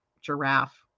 Giraffe